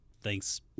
thanks